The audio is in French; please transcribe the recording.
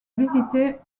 visiter